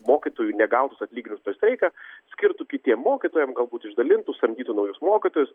mokytojų negautus atlyginimus per streiką skirtų kitiem mokytojam galbūt išdalintų samdytų naujus mokytojus